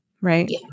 right